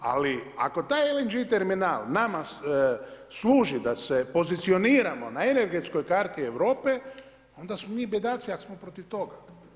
Ali ako taj Lng Terminal nama služi da se pozicioniramo na energetskoj karti Europe onda smo mi bedaci ako smo protiv toga.